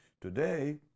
Today